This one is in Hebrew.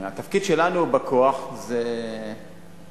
התפקיד שלנו בכוח זה רק,